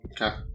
Okay